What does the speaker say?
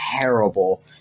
terrible